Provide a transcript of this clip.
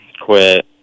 quit